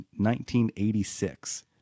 1986